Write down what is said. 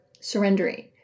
surrendering